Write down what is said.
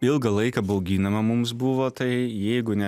ilgą laiką bauginama mums buvo tai jeigu ne